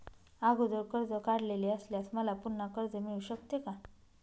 अगोदर कर्ज काढलेले असल्यास मला पुन्हा कर्ज मिळू शकते का?